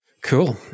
Cool